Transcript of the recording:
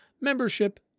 membership